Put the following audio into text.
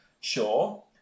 Sure